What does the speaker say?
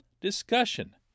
discussion